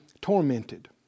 tormented